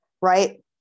right